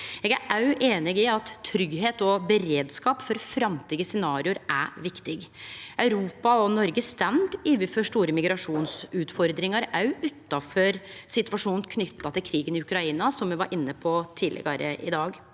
Eg er òg einig i at tryggleik og beredskap for framtidige scenario er viktig. Europa og Noreg står overfor store migrasjonsutfordringar, òg utanfor situasjonen knytt til krigen i Ukraina, som me var inne på tidlegare i dag.